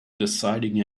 deciding